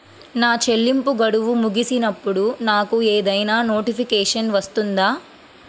నా చెల్లింపు గడువు ముగిసినప్పుడు నాకు ఏదైనా నోటిఫికేషన్ వస్తుందా?